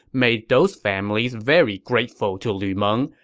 made those families very grateful to lu meng,